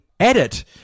Edit